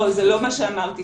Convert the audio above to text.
זה לא מה שאמרתי.